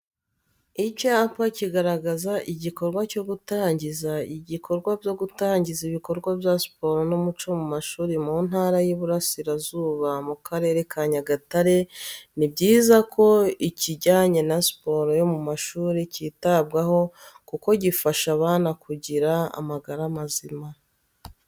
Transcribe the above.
Icyapa kigaragaza igikorwa cyo gutangiza igikorwa byo gutangiza ibikorwa bya siporo n'umuco mu mashuri mu ntara y'Iburasirazuba mu karere ka Nyagatare. Ni byiza ko ikijyanye na siporo yo mu mashuri cyitabwaho kuko gifasha abana kugira amagara mazima.